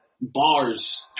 Bars